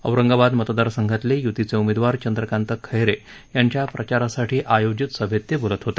औरंगाबाद मतदारसंघातले युतीचे उमेदवार चंद्रकांत खैरे यांच्या प्रचारासाठी आयोजित सभेत ते बोलत होते